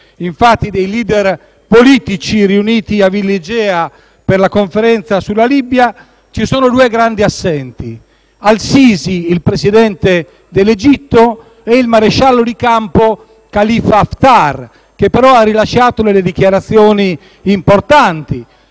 di rito dei *leader* politici, riuniti a Villa Igiea per la conferenza sulla Libia, ci sono due grandi assenti: Al Sisi, il Presidente dell'Egitto, e il maresciallo di campo Khalifa Haftar, che però ha rilasciato delle dichiarazioni importanti,